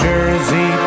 Jersey